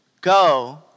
Go